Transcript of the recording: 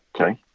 Okay